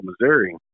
missouri